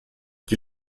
die